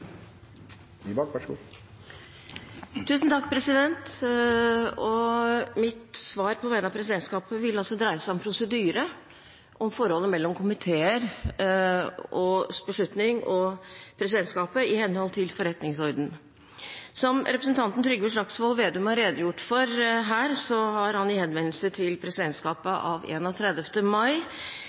Nybakk, som vil besvare spørsmålet på vegne av presidentskapet. Deretter kan spørreren få ordet til et innlegg på inntil 3 minutter. Mitt svar på vegne av presidentskapet vil dreie seg om prosedyre og forholdet mellom komiteers beslutning og presidentskapet i henhold til forretningsordenen. Som representanten Trygve Slagsvold Vedum har redegjort for her, har han i henvendelse til presidentskapet av